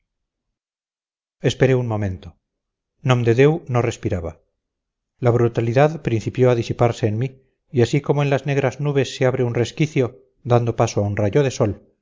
esperé un momento nomdedeu no respiraba la brutalidad principió a disiparse en mí y así como en las negras nubes se abre un resquicio dando paso a un rayo de sol